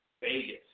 Vegas